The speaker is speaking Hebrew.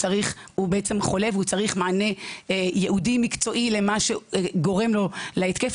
חולה והוא צריך מענה ייעודי מקצועי למה שגורם לו להתקף